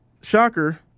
shocker